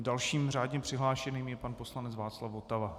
Dalším řádně přihlášeným je pan poslanec Václav Votava.